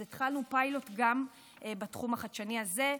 אז התחלנו פיילוט גם בתחום החדשני הזה,